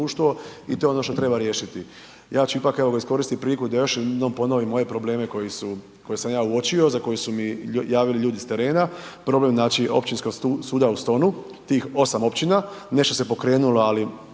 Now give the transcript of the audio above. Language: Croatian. i to je ono što treba riješiti. Ja ću ipak, evo, iskoristiti priliku da još jednom ponovim ove probleme koje sam ja uočio, za koje su mi javili ljudi s terena. Problem znači, Općinskog suda u Stonu, tih 8 općina, nešto se pokrenulo, ali